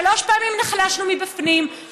שלוש פעמים נחלשנו מבפנים,